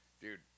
dude